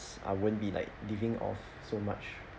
I won't be like living off so much